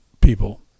people